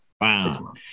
Wow